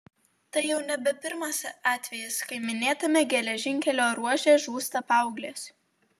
tai jau nebe pirmas atvejis kai minėtame geležinkelio ruože žūsta paauglės